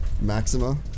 maxima